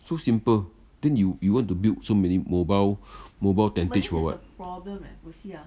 so simple then you you want to build so many mobile mobile tentage for what